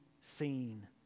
seen